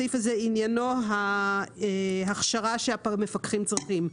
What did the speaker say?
הסעיף הזה עניינו ההכשרה שהמפקחים צריכים.